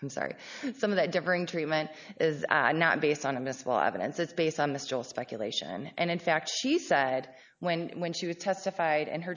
i'm sorry some of that differing treatment is not based on a missile evidence it's based on the still speculation and in fact she said when when she was testified in her